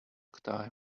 time